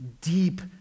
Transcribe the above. deep